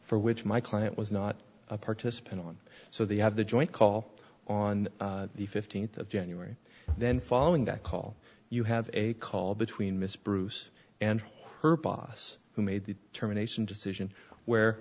for which my client was not a participant on so they have the joint call on the fifteenth of january then following that call you have a call between miss bruce and her boss who made the determination decision where